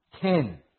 ten